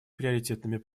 приоритетными